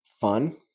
fun